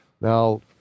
Now